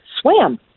swam